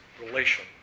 relation